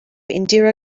indira